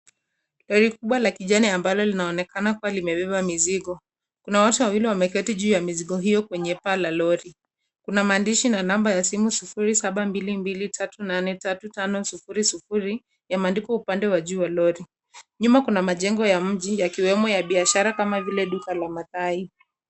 Lori kubwa la kijani ambalo linaonekana kuwa limebeba mizigo. Kuna watu wawili wameketi juu ya mizigo hiyo kwenye pala lori. Kuna maandishi na namba ya simu 0722-383500, yameandikwa upande wa juu wa lori. Nyuma kuna majengo ya mji yakiuwemo ya biashara, kama vile duka la mathai.